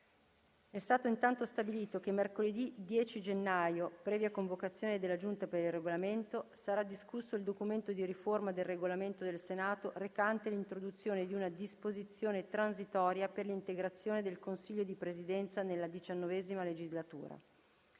È stato intanto stabilito che mercoledì 10 gennaio, previa convocazione della Giunta per il Regolamento, sarà discusso il documento di riforma del Regolamento del Senato recante l’introduzione di una disposizione transitoria per l’integrazione del Consiglio di Presidenza nella XIX legislatura.